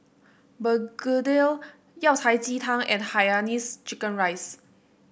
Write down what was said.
begedil Yao Cai Ji Tang and Hainanese Chicken Rice